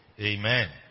Amen